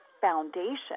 foundation